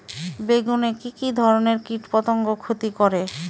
বেগুনে কি কী ধরনের কীটপতঙ্গ ক্ষতি করে?